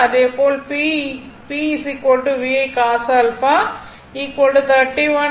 அதேபோல் P P VI cos α 31 35 0